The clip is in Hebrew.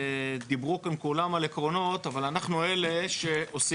דיברו כאן כולם על עקרונות, אבל אנחנו אלה שעושים.